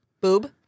Boob